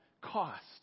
cost